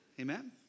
Amen